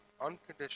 unconditional